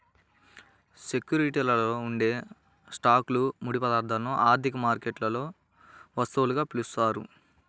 సెక్యూరిటీలలో ఉండే స్టాక్లు, ముడి పదార్థాలను ఆర్థిక మార్కెట్లలో వస్తువులుగా పిలుస్తారు